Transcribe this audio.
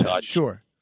sure